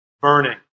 burning